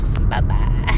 Bye-bye